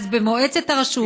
אז במועצת הרשות,